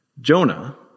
Jonah